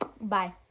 bye